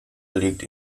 liegt